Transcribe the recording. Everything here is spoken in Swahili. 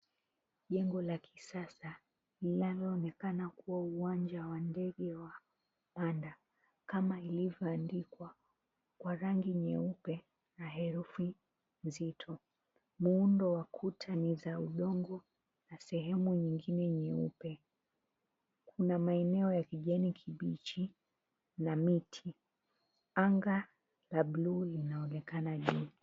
Jengo la kisasa linaloonekana kuwa uwanja wa ndege wa manda kama ilivyoandikwa kwa rangi nyeupe na herufi nzito. Muundo wa kuta ni za udongo na sehemu nyingine nyeupe. Kuna maeneo ya kijani kibichi na miti. Anga la blue linaonekana juu.